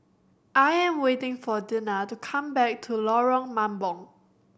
I am waiting for Dena to come back to Lorong Mambong